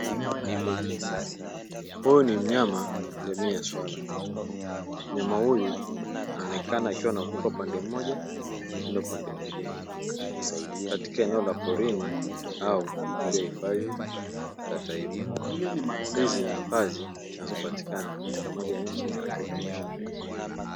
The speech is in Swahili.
Huyu ni mnyama jamii ya swala. Mnyama huyu anaonekana akiwa anavuka upande mmoja kwenda upande mwingine katika eneo la porini, au moja ya hifadhi za taifa. Hizi ni hifadhi zinazopatikana katika moja ya nchi za Afrika Mashariki.